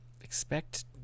Expect